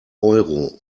euro